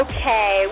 Okay